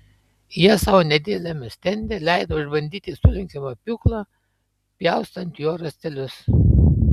jie savo nedideliame stende leido išbandyti sulenkiamą pjūklą pjaustant juo rąstelius